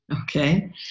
Okay